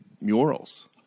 murals